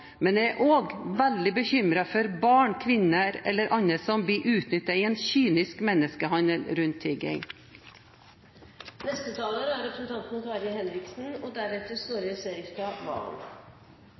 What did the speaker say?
men jeg er også veldig bekymret for barn, kvinner eller andre som blir utnyttet i en kynisk menneskehandel rundt tigging. Først vil jeg si at jeg er veldig glad for engasjementet i denne saken og